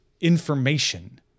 information